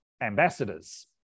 ambassadors